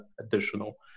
additional